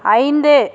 ஐந்து